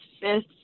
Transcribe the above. fifth